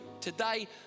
today